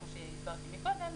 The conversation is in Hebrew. כמו שהסברתי קודם,